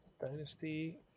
Dynasty